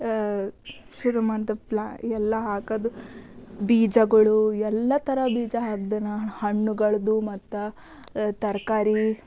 ಶುರು ಮಾಡ್ದೆ ಪ್ಲಾ ಎಲ್ಲ ಹಾಕೋದು ಬೀಜಗಳು ಎಲ್ಲ ಥರ ಬೀಜ ಹಾಕ್ದೆ ನಾ ಹಣ್ಣುಗಳದ್ದು ಮತ್ತು ತರಕಾರಿ